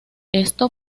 esto